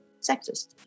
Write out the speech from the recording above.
sexist